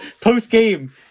Post-game